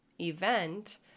event